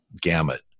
gamut